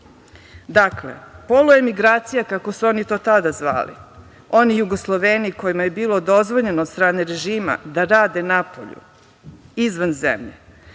Dakle, poluemigracija, kako su oni to tada zvali, oni Jugosloveni kojima je bilo dozvoljeno od strane režima da rade napolju izvan zemlje,